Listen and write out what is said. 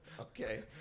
Okay